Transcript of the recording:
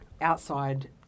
outside